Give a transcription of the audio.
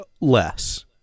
less